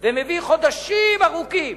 ומביא חודשים ארוכים